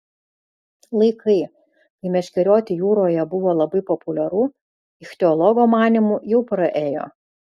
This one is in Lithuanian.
laikai kai meškerioti jūroje buvo labai populiaru ichtiologo manymu jau praėjo